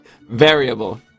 Variable